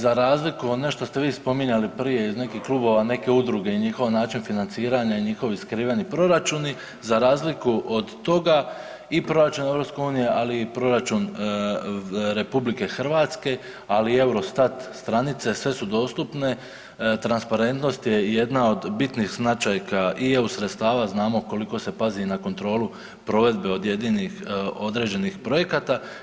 Za razliku o nešto što ste vi spominjali iz nekih klubova, neke udruge i njihov način financiranja i njihovi skriveni proračuni, za razliku od toga i proračun EU, ali i proračun RH, ali i Eurostat stranice, sve su dostupne, transparentnost je jedna od bitnih značajka i EU sredstava, znamo koliko se pazi na kontrolu provedbe od jedinih određenih projekata.